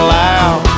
loud